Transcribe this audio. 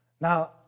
Now